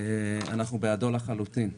אנחנו לחלוטין בעדו.